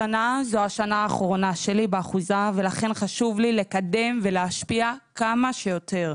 השנה זו השנה האחרונה שלי באחוזה ולכן חשוב לי לקדם ולהשפיע כמה שיותר.